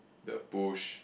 the push